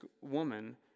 woman